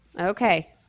okay